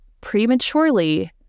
prematurely